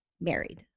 married